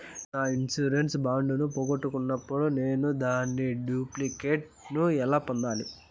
నేను నా insurance bond ను పోగొట్టుకున్నప్పుడు నేను దాని డూప్లికేట్ ను ఎలా పొందాలి?